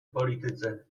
polityce